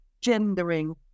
gendering